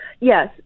Yes